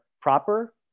proper